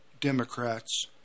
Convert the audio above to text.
Democrats